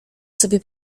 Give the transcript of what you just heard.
sobie